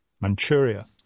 Manchuria